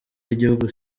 y’igihugu